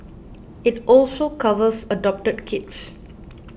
it also covers adopted kids